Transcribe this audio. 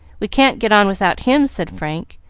we can't get on without him, said frank,